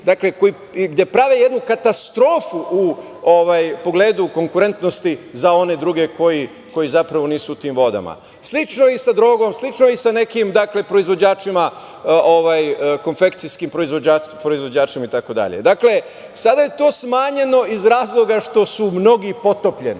Time prave jednu katastrofu u pogledu konkurentnosti za one druge koji zapravo nisu u tim vodama. Slično je i sa drogom. Slično je i sa nekim proizvođačima, konfekcijskim proizvođačima itd. Dakle, sada je to smanjeno iz razloga što su mnogi potopljeni,